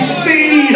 see